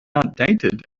outdated